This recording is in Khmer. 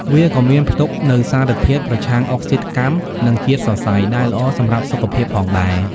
វាក៏មានផ្ទុកនូវសារធាតុប្រឆាំងអុកស៊ីតកម្ម និងជាតិសរសៃ ដែលល្អសម្រាប់សុខភាពផងដែរ។